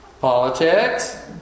politics